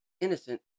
innocent